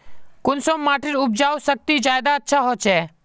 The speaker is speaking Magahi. कुंसम माटिर उपजाऊ शक्ति ज्यादा अच्छा होचए?